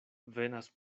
venas